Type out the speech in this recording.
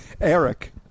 Eric